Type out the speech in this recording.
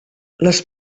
les